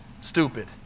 stupid